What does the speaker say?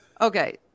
Okay